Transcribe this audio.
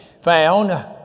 found